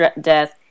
death